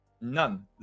None